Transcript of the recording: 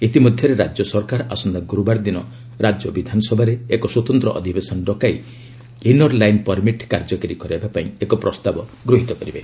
ଇତିମଧ୍ୟରେ ରାଜ୍ୟ ସରକାର ଆସନ୍ତା ଗୁରୁବାର ଦିନ ରାଜ୍ୟ ବିଧାନସଭାରେ ଏକ ସ୍ୱତନ୍ତ୍ର ଅଧିବେଶନ ଡକାଇ ଇନର ଲାଇନ୍ ପରମିଟ୍ କାର୍ଯ୍ୟକାରୀ କରାଇବା ପାଇଁ ଏକ ପ୍ରସ୍ତାବ ଗୃହିତ କରିବେ